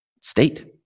state